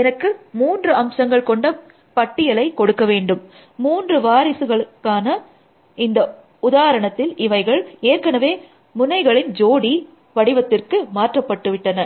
எனக்கு மூன்று அம்சங்கள் கொண்ட பட்டியலை கொடுக்க வேண்டும் மூன்று வாரிசுகளுக்கான இந்த உதாரணத்தில் இவைகள் ஏற்கெனவே முனைகளின் ஜோடி வடிவத்திற்கு மாற்றப்பட்டுவிட்டன